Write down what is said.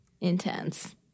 intense